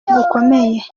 gukomeye